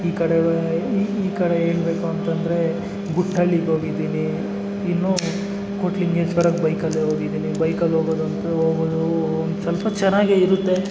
ಈ ಕಡೆ ಈ ಈ ಕಡೆ ಹೇಳಬೇಕು ಅಂತಂದ್ರೆ ಗುಟ್ಟಳ್ಳಿಗೋಗಿದ್ದೀನಿ ಇನ್ನು ಕೋಟಿಲಿಂಗೇಶ್ವರಕ್ಕೆ ಬೈಕಲ್ಲೇ ಹೋಗಿದ್ದೀನಿ ಬೈಕಲ್ಲಿ ಹೋಗೋದಂತೂ ಹೋಗೋದು ಸ್ವಲ್ಪ ಚೆನ್ನಾಗೇ ಇರುತ್ತೆ